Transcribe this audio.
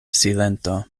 silento